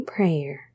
Prayer